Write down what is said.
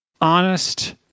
honest